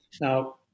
Now